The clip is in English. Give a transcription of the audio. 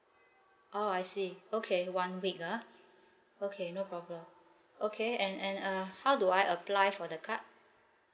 oh I see okay one week ah okay no problem okay and and uh how do I apply for the card